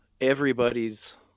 everybody's